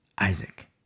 Isaac